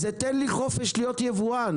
זה תן לי חופש להיות יבואן.